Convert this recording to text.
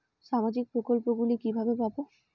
সামাজিক প্রকল্প গুলি কিভাবে পাব?